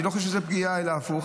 אני לא חושב שזאת פגיעה אלא הפוך.